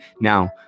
Now